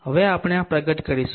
હવે આપણે આ પ્રગટ કરીશું